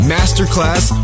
Masterclass